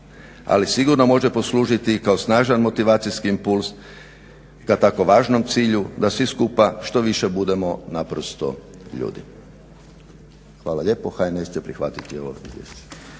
Ali sigurno može poslužiti kao snažan motivacijski impuls ka tako važnom cilju da svi skupa što više budemo naprosto ljudi. Hvala lijepo. HNS će prihvatiti ovo izvješće.